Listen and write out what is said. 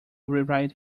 rewrite